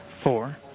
four